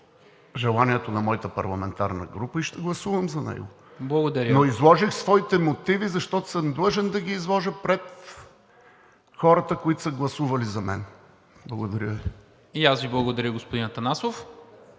желанието на моята парламентарна група и ще гласувам за него, но изложих своите мотиви, защото съм длъжен да ги изложа пред хората, които са гласували за мен. Благодаря Ви. ПРЕДСЕДАТЕЛ НИКОЛА МИНЧЕВ: Благодаря Ви, господин Атанасов.